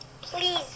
Please